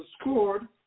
scored